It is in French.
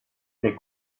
les